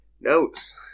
notes